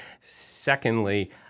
Secondly